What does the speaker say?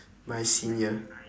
my senior